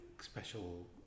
special